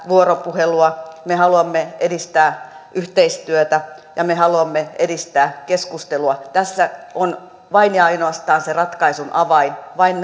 vuoropuhelua me haluamme edistää yhteistyötä ja me haluamme edistää keskustelua tässä on vain ja ainoastaan se ratkaisun avain vain